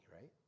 right